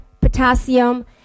potassium